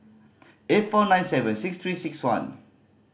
eight four nine seven six Three Six One